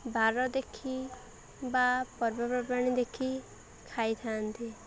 ବାର ଦେଖି ବା ପର୍ବପର୍ବାଣି ଦେଖି ଖାଇଥାନ୍ତି